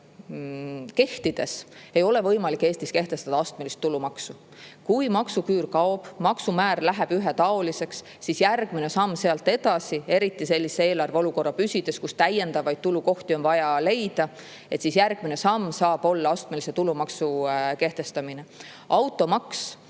kehtides ei ole võimalik Eestis kehtestada astmelist tulumaksu. Kui maksuküür kaob, maksumäär läheb ühetaoliseks, siis järgmine samm sealt edasi – eriti sellise eelarve olukorra püsides, kus on vaja leida täiendavaid tulukohti – saab olla astmelise tulumaksu kehtestamine. Automaksu